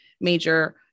major